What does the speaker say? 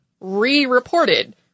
re-reported